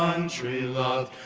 country loved,